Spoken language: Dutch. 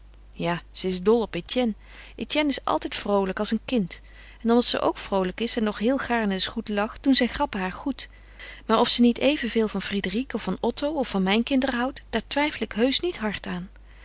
ja ze is dol op etienne etienne is altijd vroolijk als een kind en omdat ze ook vroolijk is en nog heel gaarne eens goed lacht doen zijn grappen haar goed maar of ze niet evenveel van frédérique of van otto of van mijn kinderen houdt daar twijfel ik heusch niet hard aan